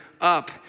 up